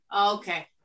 Okay